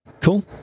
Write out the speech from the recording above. cool